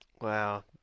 Wow